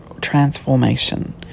transformation